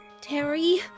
Terry